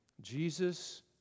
Jesus